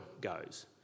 goes